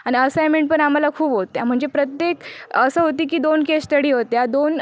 आणि असाइमेंट पण आम्हाला खूप होत्या म्हणजे प्रत्येक असं होती की दोन केस स्टडी होत्या दोन